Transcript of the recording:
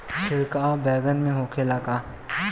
छिड़काव बैगन में होखे ला का?